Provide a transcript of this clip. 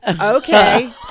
okay